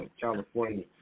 California